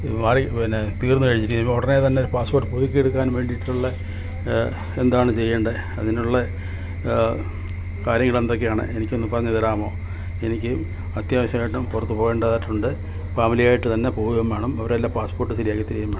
മാറി പിന്നെ തീർന്നു കഴിഞ്ഞു ഉടനെ തന്നെ പാസ്പോർട്ട് പുതുക്കി എടുക്കാൻ വേണ്ടിയിട്ടുള്ള എന്താണ് ചെയ്യേണ്ടത് അതിനുള്ള കാര്യങ്ങൾ എന്തൊക്കെയാണ് എനിക്ക് ഒന്ന് പറഞ്ഞ് തരാമോ എനിക്ക് അത്യാവശ്യമായിട്ടും പുറത്ത് പോവേണ്ടത് ആയിട്ടുണ്ട് ഫാമിലി ആയിട്ട് തന്നെ പോകുകയും വേണം അവരുടെയെല്ലാം പാസ്പോർട്ട് ശരിയാക്കി തരികയും വേണം